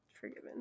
forgiven